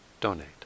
donate